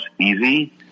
easy